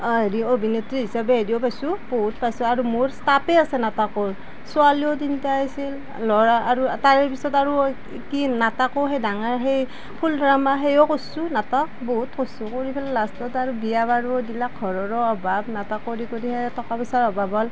হেৰি অভিনেত্ৰী হিচাপে হেৰিও পাইছোঁ বহুত পাইছোঁ আৰু মোৰ ষ্টাপে আছে নাটকৰ ছোৱালীও তিনিটা আছিল আৰু ল'ৰাও আৰু তাৰ পিছত আৰু এই কি নাটকো সেই ডাঙৰ সেই ফুল ড্ৰামা হেৰিও কৰছোঁ নাটক বহুত কৰিছোঁ কৰি পেলাই লাষ্টত আৰু বিয়া বাৰু হৈ দিলাক ঘৰৰো অভাৱ নাটক কৰি কৰিয়ে টকা পইচাৰ অভাৱ হ'ল